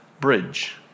bridge